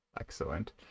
excellent